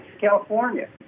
California